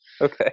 Okay